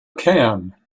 can